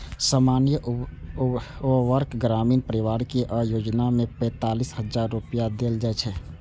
सामान्य वर्गक ग्रामीण परिवार कें अय योजना मे पैंतालिस हजार रुपैया देल जाइ छै